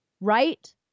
right